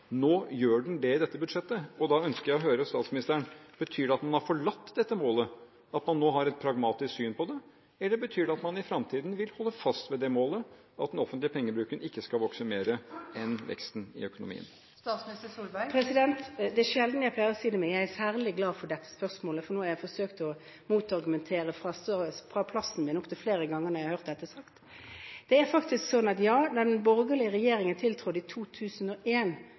Nå gjør den det i dette budsjettet, og da ønsker jeg å høre fra statsministeren: Betyr det at man har forlatt dette målet, at man nå har et pragmatisk syn på det? Eller betyr det at man i fremtiden vil holde fast ved det målet, at den offentlige pengebruken ikke skal vokse mer enn veksten i økonomien? Det er sjelden jeg pleier å si det, men jeg er særlig glad for dette spørsmålet, for nå har jeg forsøkt å motargumentere fra plassen min opptil flere ganger når jeg har hørt dette sagt. Ja, da den borgerlige regjeringen tiltrådte i